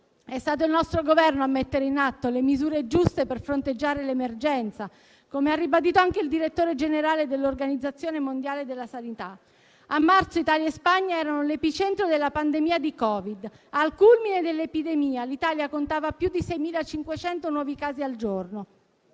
È stato il nostro Governo a mettere in atto le misure giuste per fronteggiare l'emergenza, come ha ribadito anche il direttore generale dell'Organizzazione mondiale della sanità. A marzo Italia e Spagna erano l'epicentro della pandemia di Covid. Al culmine dell'epidemia, l'Italia contava più di 6.500 nuovi casi al giorno.